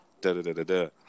da-da-da-da-da